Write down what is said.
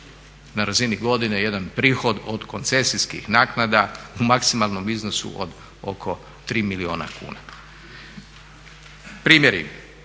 na razini godine jedan prihod od koncesijskih naknada u maksimalnom iznosu od oko 3 milijuna kuna. Primjeri,